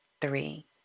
three